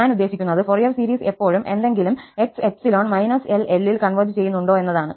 ഞാൻ ഉദ്ദേശിക്കുന്നത് Fourier series എപ്പോഴും ഏതെങ്കിലും x ∈ −L Lൽ കൺവെർജ് ചെയ്യുന്നുണ്ടോ എന്നതാണ്